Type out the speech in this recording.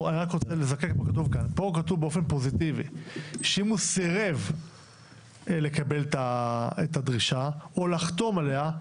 כאן כתוב באופן פוזיטיבי שאם הוא סירב לקבל את הדרישה או לחתום עליה,